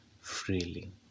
freely